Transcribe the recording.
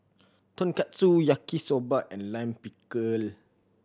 Tonkatsu Yaki Soba and Lime Pickle